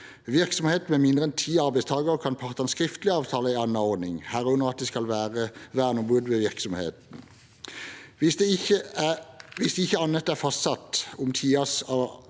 virksomhet med mindre enn 10 arbeidstakere kan partene skriftlig avtale en annen ordning, herunder at det ikke skal være verneombud ved virksomheten. Hvis ikke annet er fastsatt om tiden